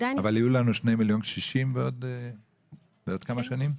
אבל יהיו לנו שני מיליון קשישים בעוד כמה שנים?